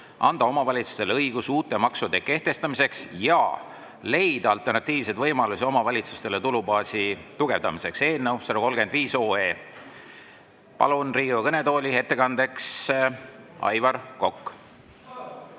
anda omavalitsustele õigus uute maksude kehtestamiseks ja leida alternatiivseid võimalusi omavalitsustele tulubaasi tugevdamiseks" eelnõu 135. Palun Riigikogu kõnetooli ettekandeks, Aivar Kokk! Üks